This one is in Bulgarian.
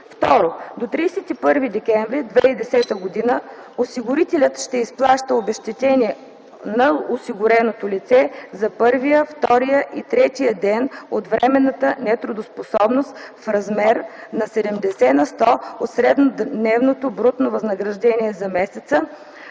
2. до 31 декември 2010 г. осигурителят ще изплаща обезщетение на осигуреното лице за първия, втория и третия ден от временната нетрудоспособност в размер на 70 на сто от среднодневното брутно възнаграждение за месеца,